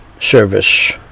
service